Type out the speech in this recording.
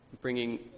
bringing